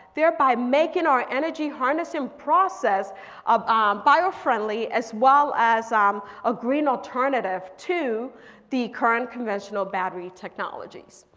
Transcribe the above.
thereby making our energy harnessing process um bio friendly as well as um a green alternatives to the current conventional battery technologies.